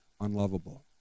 unlovable